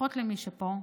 לפחות למי שפה,